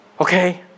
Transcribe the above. Okay